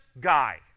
guy